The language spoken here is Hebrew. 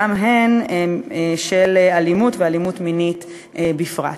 גם כן של אלימות ואלימות מינית בפרט.